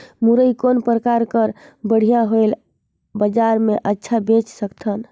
मुरई कौन प्रकार कर बढ़िया हवय? बजार मे अच्छा बेच सकन